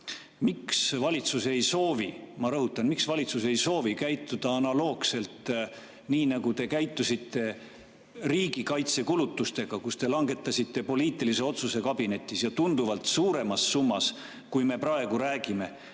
Miks valitsus ei soovi – ma rõhutan: ei soovi – käituda analoogselt sellega, nagu te käitusite riigikaitsekulutustega, mille korral te langetasite poliitilise otsuse kabinetis ja tunduvalt suuremas summas, kui me praegu räägime,